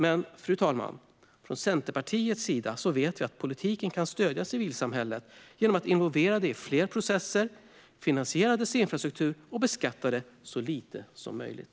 Men, fru talman, från Centerpartiets sida vet vi att politiken kan stödja civilsamhället genom att involvera det i fler processer, finansiera dess infrastruktur och beskatta det så lite som möjligt.